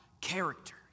character